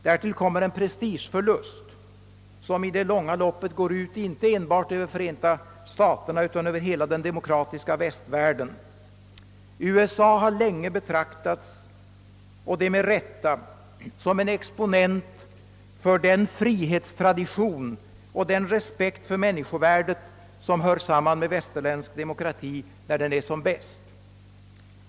Därtill kommer en prestigeförlust som i det långa loppet går ut inte enbart över Förenta staterna utan över hela den demokratiska västvärlden. USA har länge — och med rätta — betraktats som en exponent för den frihetstradi tion och den respekt för människovärdet som hör samman med västerländsk demokrati när den är som bäst.